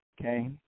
okay